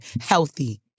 healthy